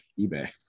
eBay